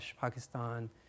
Pakistan